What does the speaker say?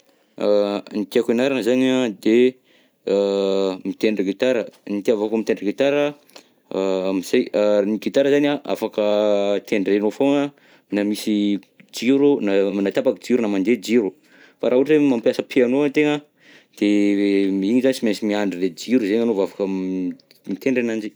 Ny tiako ianarana zany de mitendry gitara, ny itiavako mitendry gitara, amzay ny gitara zany afaka tendrenao foagna na misy jiro, na tapaka jiro na mandeha jiro, fa raha ohatra mampiasa piano ategna, de igny zany sy mainsy miandry jiro agnao vao afaka mitendry ananjy.